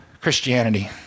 Christianity